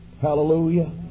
Hallelujah